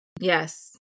Yes